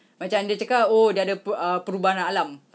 macam dia cakap oh dia ada per~ ah perubahan alam